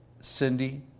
Cindy